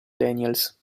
daniels